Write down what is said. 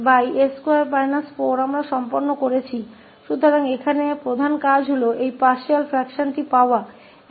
तो यहाँ मुख्य फंक्शन इस आंशिक अंश को प्राप्त करना है